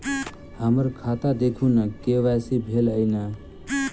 हम्मर खाता देखू नै के.वाई.सी भेल अई नै?